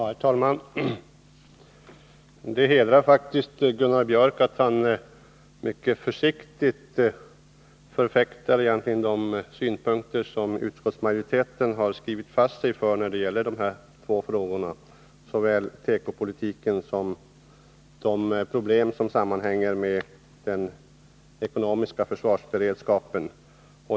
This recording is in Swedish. Herr talman! Det hedrar faktiskt Gunnar Björk i Gävle att han mycket försiktigt förfäktar de synpunkter som utskottsmajoriteten uttalat när det gäller de här två frågorna om såväl tekopolitiken som de problem som sammanhänger med den ekonomiska försvarsberedskapen.